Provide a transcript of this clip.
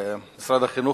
שמשרד החינוך,